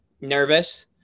nervous